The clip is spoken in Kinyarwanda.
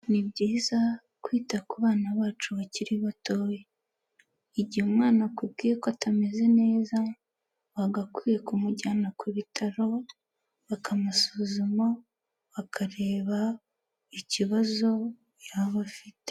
Ni byiza kwita ku bana bacu bakiri batoya, igihe umwana akubwiye ko atameze neza, wagakwiye kumujyana ku bitaro, bakamusuzuma, bakareba ikibazo yaba afite.